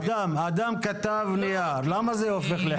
אדם כתב ולמה זה הופך לחוק?